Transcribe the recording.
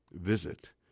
visit